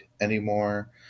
anymore